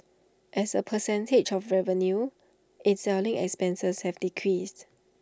as A percentage of revenue its selling expenses have decreased